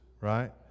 right